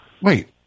Wait